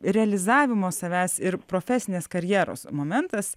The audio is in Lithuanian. realizavimo savęs ir profesinės karjeros momentas